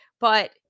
But-